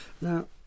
now